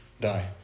die